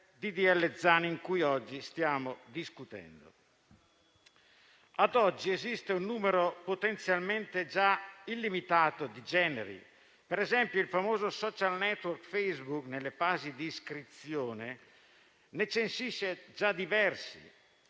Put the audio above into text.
Zan, di cui oggi stiamo discutendo. Ad oggi, esiste già un numero potenzialmente illimitato di generi: ad esempio, il famoso *social network* Facebook, nelle fasi di iscrizione, ne censisce già diversi,